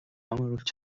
оруулж